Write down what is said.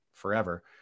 Forever